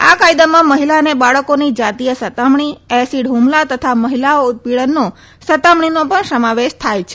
આ કાયદામાં મહિલા અને બાળકોની જાતીય સત્તામણી એસીડ હુમલા તથા મહિલાઓ ઉત્પીડનનો સતામણીનો પણ સમાવેશ થાય છે